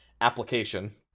application